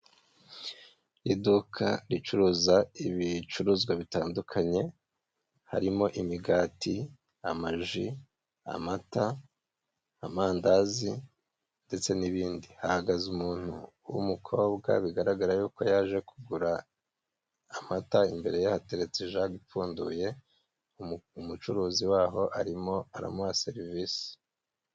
Iduka ricuruza ibicuruzwa bitandukanye harimo imigati amaji amata amandazi ndetse n'ibindi hahagaze umuntu w'umukobwa bigaragara yuko yaje kugura amata, imbere ye hateretse ijage ipfunduye umucuruzi waho arimo aramuha serivisi.